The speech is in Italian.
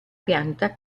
pianta